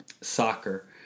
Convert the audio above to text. soccer